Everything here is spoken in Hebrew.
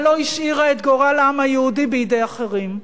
ולא השאירה את גורל העם היהודי בידי אחרים.